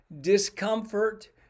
discomfort